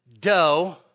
dough